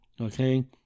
okay